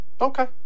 Okay